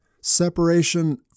Separation